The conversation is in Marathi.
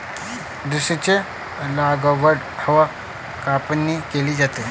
द्राक्षांची लागवड व कापणी केली जाते